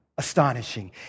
astonishing